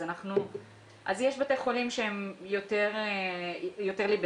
יש בתי חולים שהם יותר ליברליים,